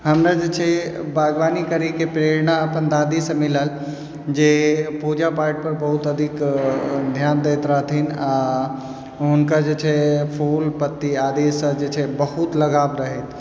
हमरा जे छै बागवानी करैके प्रेरणा अपन दादीसँ मिलल जे पूजा पाठपर बहुत अधिक ध्यान दैत रहथिन आओर हुनकर जे छै फूल पत्ती आदिसँ जे छै बहुत लगाव रहनि